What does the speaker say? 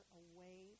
away